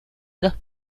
los